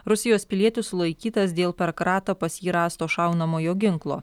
rusijos pilietis sulaikytas dėl per kratą pas jį rasto šaunamojo ginklo